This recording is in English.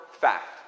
fact